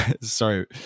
sorry